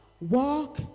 Walk